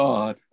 God